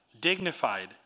dignified